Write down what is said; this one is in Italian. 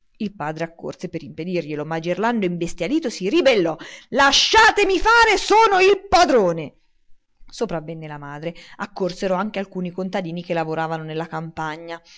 il padre accorse per impedirglielo ma gerlando imbestialito si ribellò lasciatemi fare sono il padrone sopravvenne la madre accorsero anche alcuni contadini che lavoravano nella campagna